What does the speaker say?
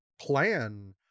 plan